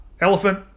elephant